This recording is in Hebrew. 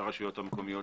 הרשויות המקומיות